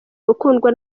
gukundwa